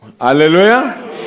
Hallelujah